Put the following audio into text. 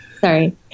sorry